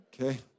Okay